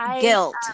guilt